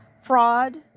fraud